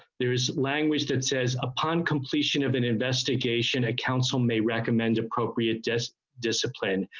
there is language that says upon completion of an investigation a council may recommend appropriate just discipline.